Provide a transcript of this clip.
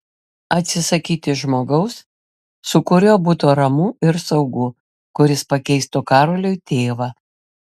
atsisakyti žmogaus su kuriuo būtų ramu ir saugu kuris pakeistų karoliui tėvą